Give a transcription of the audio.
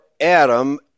Adam